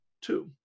two